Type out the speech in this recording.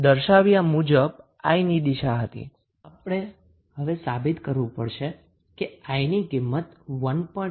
તો હવે આપણે સાબિત કરવું પડશે કે I ની કિમ્મ્ત 1